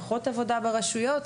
פחות עבודה ברשויות.